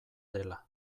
dela